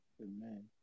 Amen